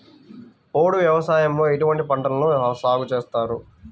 పోడు వ్యవసాయంలో ఎటువంటి పంటలను సాగుచేస్తారు?